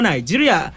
Nigeria